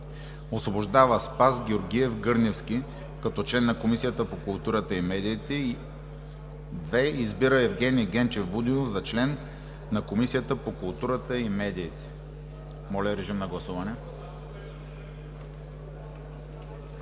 Освобождава Спас Георгиев Гърневски като член на Комисията по културата и медиите. 2. Избира Евгени Генчев Будинов за член на Комисията по културата и медиите.“ Моля, гласувайте.